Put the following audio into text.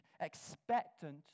expectant